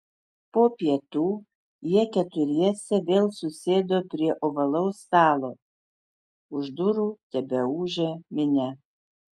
po pietų jie keturiese vėl susėdo prie ovalaus stalo už durų tebeūžė minia